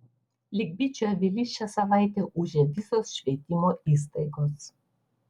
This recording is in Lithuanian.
lyg bičių avilys šią savaitę ūžė visos švietimo įstaigos